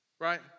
right